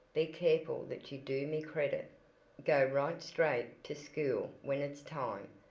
be careful that you do me credit go right straight to school when it's time,